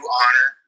honor